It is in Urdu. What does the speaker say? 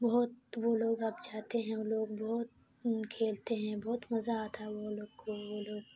بہت وہ لوگ اب جاتے ہیں وہ لوگ بہت کھیلتے ہیں بہت مزہ آتا ہے وہ لوگ کو وہ لوگ